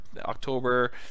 October